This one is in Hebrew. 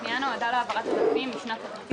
הפנייה נועדה להעברת עודפים משנת התקציב